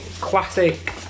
classic